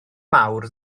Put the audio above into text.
mawr